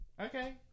Okay